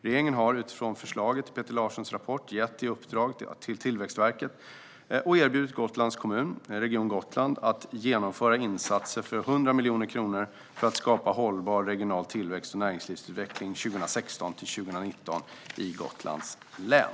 Regeringen har utifrån förslagen i Peter Larssons rapport gett i uppdrag till Tillväxtverket och erbjudit Gotlands kommun att genomföra insatser för 100 miljoner kronor för att skapa hållbar regional tillväxt och näringslivsutveckling 2016-2019 i Gotlands län.